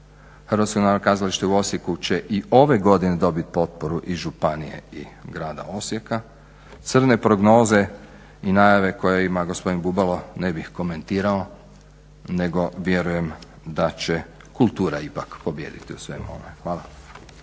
problema. HNK u Osijeku će i ove godine dobit potporu i županije i grada Osijeka. Crne prognoze i najave koje ima gospodin Bubalo ne bih komentirao nego vjerujem da će kultura ipak pobijediti u svemu ovome. Hvala.